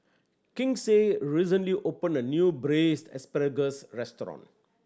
Kinsey recently opened a new Braised Asparagus restaurant